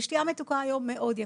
ושתייה מתוקה היום מאוד יקרה.